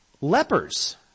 lepers